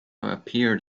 appeared